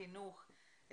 חינוך.